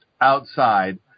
outside